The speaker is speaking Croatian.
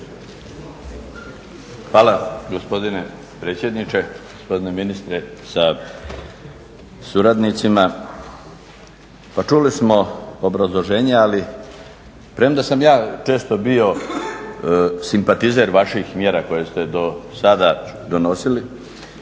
Hvala gospodine predsjedniče. Gospodine ministre sa suradnicima. Pa čuli smo obrazloženja, ali premda sam ja često bio simpatizer vaših mjera koje ste do sada donosili,